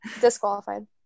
Disqualified